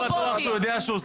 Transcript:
אני לא בטוח שהוא יודע שהוא שר,